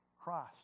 Christ